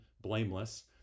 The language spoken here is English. blameless